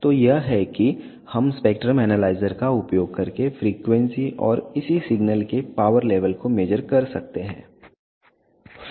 तो यह है कि हम स्पेक्ट्रम एनालाइजर का उपयोग करके फ्रीक्वेंसी और इसी सिग्नल के पावर लेवल को मेज़र कर सकते हैं